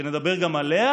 שנדבר גם עליה?